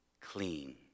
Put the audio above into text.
clean